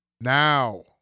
now